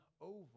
over